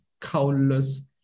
countless